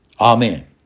Amen